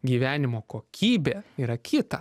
gyvenimo kokybė yra kita